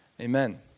Amen